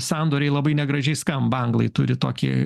sandoriai labai negražiai skamba anglai turi tokį